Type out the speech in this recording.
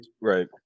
Right